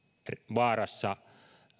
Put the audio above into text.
vaarassa